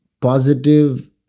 positive